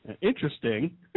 interesting